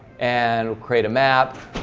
and create a map